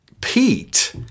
Pete